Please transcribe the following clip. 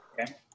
Okay